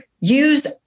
use